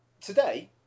today